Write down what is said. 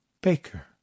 Baker